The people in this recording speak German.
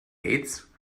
aids